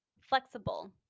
flexible